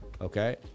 Okay